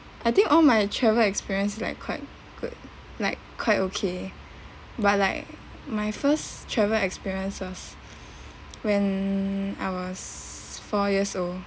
I think all my travel experience like quite good like quite okay but like my first travel experience was when I was four years old